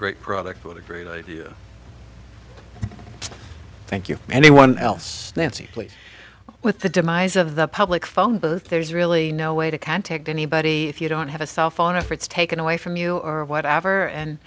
great product what a great idea thank you anyone else nancy please with the demise of the public phone booth there's really no way to contact anybody if you don't have a cell phone if it's taken away from you or whatever and